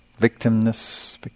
victimness